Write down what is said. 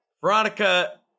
Veronica